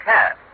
Cat